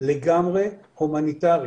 לגמרי הומניטרית.